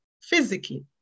physically